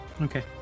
Okay